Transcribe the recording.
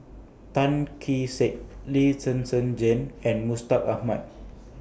Tan Kee Sek Lee Zhen Zhen Jane and Mustaq Ahmad